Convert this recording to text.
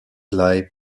lie